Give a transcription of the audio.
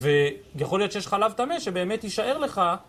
ויכול להיות שיש חלב טמא שבאמת יישאר לך.